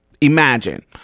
Imagine